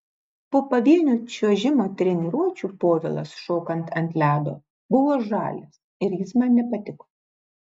po pavienio čiuožimo treniruočių povilas šokant ant ledo buvo žalias ir jis man nepatiko